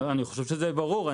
אני חושב שזה ברור.